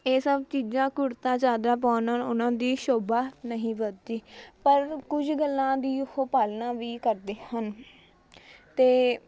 ਇਹ ਸਭ ਚੀਜ਼ਾਂ ਕੁੜਤਾ ਚਾਦਰਾ ਪਾਉਣ ਨਾਲ਼ ਉਹਨਾਂ ਦੀ ਸ਼ੋਭਾ ਨਹੀਂ ਵਧਦੀ ਪਰ ਕੁਝ ਗੱਲਾਂ ਦੀ ਉਹ ਪਾਲਣਾ ਵੀ ਕਰਦੇ ਹਨ ਅਤੇ